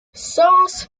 sauce